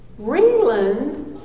Ringland